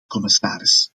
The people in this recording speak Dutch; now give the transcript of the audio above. commissaris